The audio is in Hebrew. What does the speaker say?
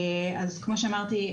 אז כמו שאמרתי,